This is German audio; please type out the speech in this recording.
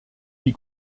die